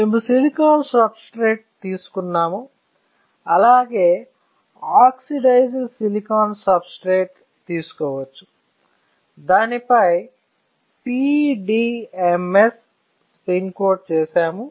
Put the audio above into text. మేము silicon substrate తీసుకున్నాము అలాగే ఆక్సిడైజ్డ్ సిలికాన్ సబ్స్ట్రేట్ తీసుకోవచ్చు దానిపై PDMS స్పిన్ కోట్ చేసాము